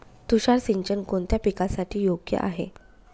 तुषार सिंचन कोणत्या पिकासाठी योग्य आहे?